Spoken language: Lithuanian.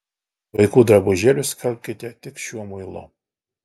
vaikų drabužėlius skalbkite tik šiuo muilu